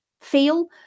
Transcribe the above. feel